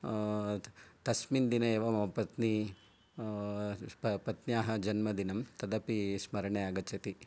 तस्मिन् दिने एव मम पत्नी पत्न्याः जन्मदिनं तदपि स्मरणे आगच्छति